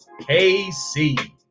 KC